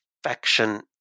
faction